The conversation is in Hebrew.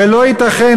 ולא ייתכן.